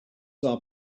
our